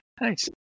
nice